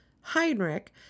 Heinrich